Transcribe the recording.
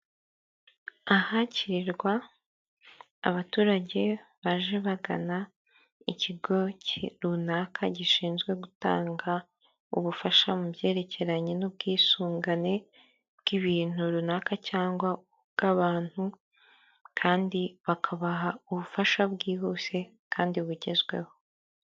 Ahakirirwa abaturage baje bagana ikigo runaka gishinzwe gutanga ubufasha mu byerekeranye n'ubwisungane bw'ibintu runaka cyangwa bw'abantu kandi bakabaha ubufasha bwihuse kandi bugezweho.